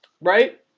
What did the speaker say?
Right